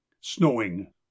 Snowing